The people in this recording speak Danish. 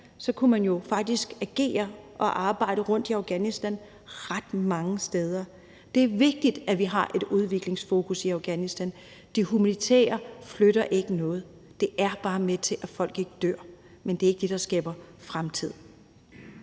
så kunne man jo faktisk agere og arbejde rundt i Afghanistan ret mange steder. Det er vigtigt, at vi har et udviklingsfokus i Afghanistan. Det humanitære flytter ikke noget. Det er bare med til at sikre, at folk ikke dør, men det er ikke det, der skaber fremtid.